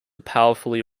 powerfully